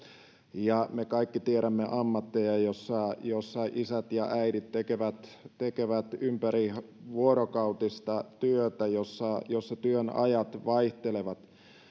me kaikki tiedämme ammatteja joissa isät ja äidit tekevät tekevät ympärivuorokautista työtä jossa jossa työn ajat vaihtelevat